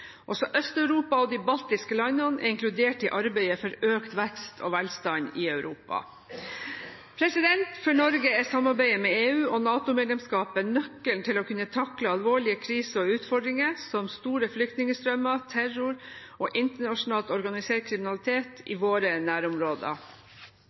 Også Øst-Europa og de baltiske landene er inkludert i arbeidet for økt vekst og velstand i Europa. For Norge er samarbeidet med EU og NATO-medlemskapet nøkkelen til å kunne takle alvorlige kriser og utfordringer, som store flyktningstrømmer, terror og internasjonalt organisert kriminalitet